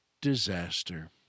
disaster